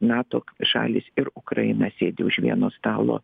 nato šalys ir ukraina sėdi už vieno stalo